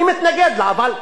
אני מתנגד לה, אבל,